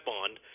Bond